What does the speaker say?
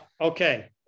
Okay